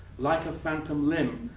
like a phantom limb,